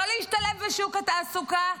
לא להשתלב בשוק התעסוקה,